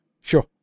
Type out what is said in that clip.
sure